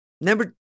Number